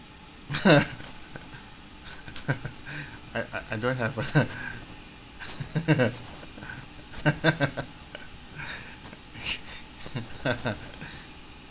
I I don't have a